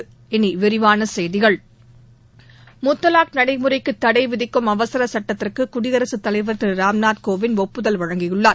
இனி விரிவான செய்திகள் முத்தவாக் நடைமுறைக்கு தடை விதிக்கும் அவசர சட்டத்திற்கு குடியரசுத்தலைவா் திரு ராம்நாத் கோவிந்த் ஒப்புதல் அளித்துள்ளார்